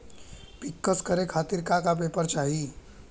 पिक्कस करे खातिर का का पेपर चाही?